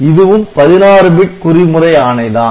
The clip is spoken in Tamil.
இதுவும் 16 பிட் குறிமுறை ஆணைதான்